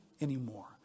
anymore